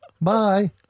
Bye